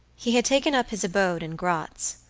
he had taken up his abode in gratz,